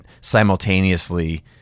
simultaneously